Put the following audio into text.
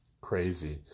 crazy